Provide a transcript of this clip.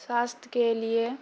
स्वास्थके लिए